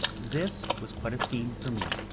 this was quite a scene for me.